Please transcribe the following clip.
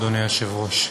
אדוני היושב-ראש.